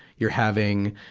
you're having,